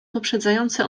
poprzedzające